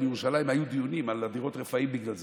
בירושלים היו דיונים על דירות הרפאים בגלל זה.